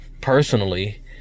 Personally